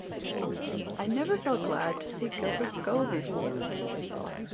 i never felt glad to see gilbert go before, she thought,